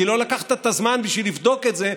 כי לא לקחת את הזמן בשביל לבדוק את זה,